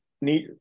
need